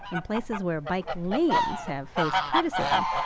in places were bike lanes have faced criticism,